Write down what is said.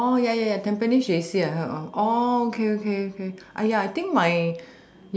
oh ya ya ya tampines J_C I heard of oh okay okay ya I think my